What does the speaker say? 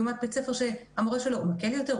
לעומת בית ספר שתלמידיו מקבלים יותר.